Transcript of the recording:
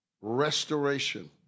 Restoration